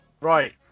right